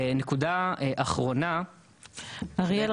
אריאל,